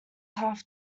half